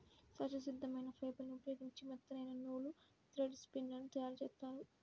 సహజ సిద్ధమైన ఫైబర్ని ఉపయోగించి మెత్తనైన నూలు, థ్రెడ్ స్పిన్ లను తయ్యారుజేత్తారు